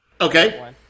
Okay